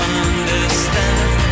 understand